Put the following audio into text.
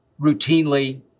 routinely